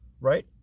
right